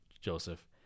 Joseph